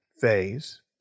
phase